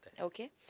Okay